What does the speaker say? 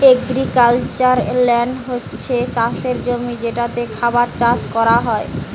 agricultural land হচ্ছে চাষের জমি যেটাতে খাবার চাষ কোরা হয়